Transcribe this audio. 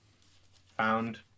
found